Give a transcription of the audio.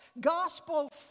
gospel